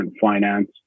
finance